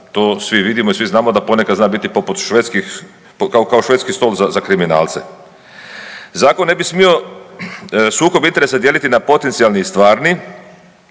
To svi vidimo i svi znamo da ponekad zna biti poput švedskih, kao švedski stol za kriminalce. Zakon ne bi smio sukob interesa dijeliti na potencijalni i stvarni.